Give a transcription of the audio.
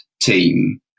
team